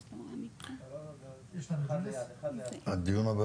בג'וליס יש תכנית מתאר חדשה.